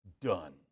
done